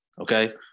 Okay